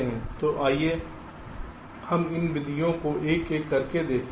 तो आइए हम इन विधियों को एक एक करके देखें